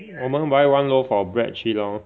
我们 buy one loaf of bread 去 lor